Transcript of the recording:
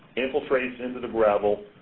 infiltrates into the gravel,